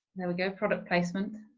there we go product placement